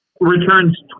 returns